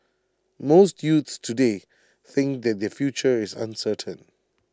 most youths today think that their future is uncertain